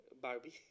Barbie